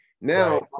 Now